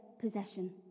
possession